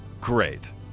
Great